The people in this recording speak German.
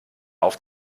auf